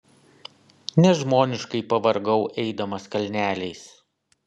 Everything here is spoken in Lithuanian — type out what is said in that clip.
nežmoniškai pavargau eidamas kalneliais